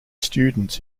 students